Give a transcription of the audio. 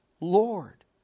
Lord